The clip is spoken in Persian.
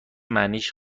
معنیش